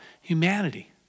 humanity